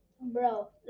bro